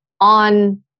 on